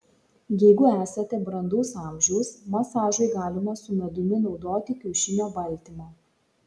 jeigu esate brandaus amžiaus masažui galima su medumi naudoti kiaušinio baltymą